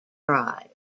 drive